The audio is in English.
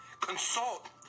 consult